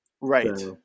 Right